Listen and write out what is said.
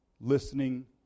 Listening